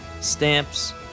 stamps